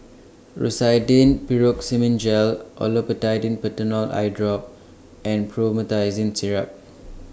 Rosiden Piroxicam Gel Olopatadine Patanol Eyedrop and Promethazine Syrup